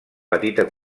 petita